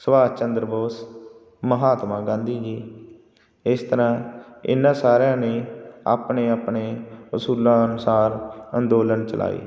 ਸ਼ੁਭਾਸ ਚੰਦਰ ਬੋਸ ਮਹਾਤਮਾ ਗਾਂਧੀ ਜੀ ਇਸ ਤਰ੍ਹਾਂ ਇਹਨਾਂ ਸਾਰਿਆਂ ਨੇ ਆਪਣੇ ਆਪਣੇ ਅਸੂਲਾਂ ਅਨੁਸਾਰ ਅੰਦੋਲਨ ਚਲਾਏ